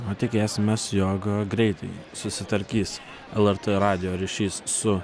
na tikėsimės jog greitai susitvarkys lrt radijo ryšys su